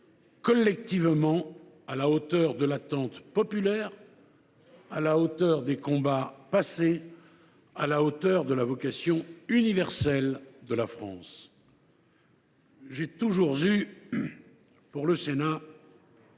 collectivement à la hauteur de l’attente populaire, à la hauteur des combats passés, à la hauteur de la vocation universelle de la France. J’ai toujours eu pour le Sénat